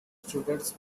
stutters